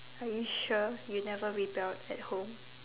are you sure you never rebelled at home